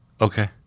Okay